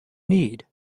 need